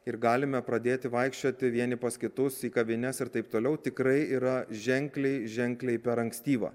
ir galime pradėti vaikščioti vieni pas kitus į kavines ir taip toliau tikrai yra ženkliai ženkliai per ankstyva